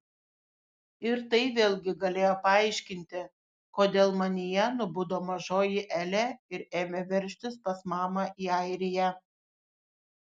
ir tai vėlgi galėjo paaiškinti kodėl manyje nubudo mažoji elė ir ėmė veržtis pas mamą į airiją